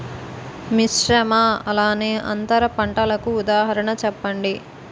మిశ్రమ అలానే అంతర పంటలకు ఉదాహరణ చెప్పండి?